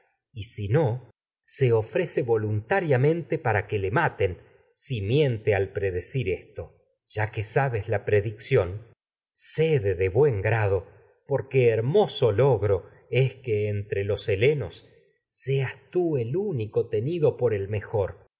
para sente verano si ofrece voluntariamente que la le maten si miente al predecir esto ya que sabes buen predicción cede de grado porque hermoso logro es que entre los helenos seas tú el único el tenido por te han de mejor